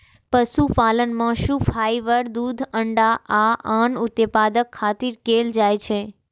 पशुपालन मासु, फाइबर, दूध, अंडा आ आन उत्पादक खातिर कैल जाइ छै